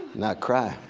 not cry,